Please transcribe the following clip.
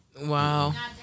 Wow